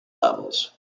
levels